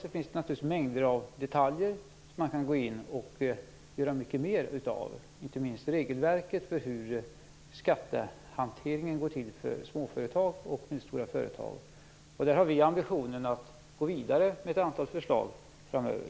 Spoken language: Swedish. Sedan finns det naturligtvis mängder av detaljer som man kan gå in och göra mer av. Det gäller inte minst regelverket för hur skattehanteringen för små och medelstora företag går till. Där har vi ambitionen att gå vidare med ett antal förslag framöver.